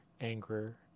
anger